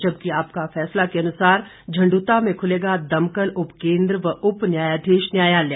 जबकि आपका फैसला के अनुसार झंड़ता में खुलेगा दमकल उप केंद्र व उप न्यायाधीश न्यायालय